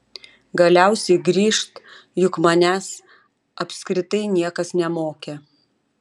galiausiai grįžt juk manęs apskritai niekas nemokė